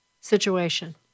situation